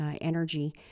energy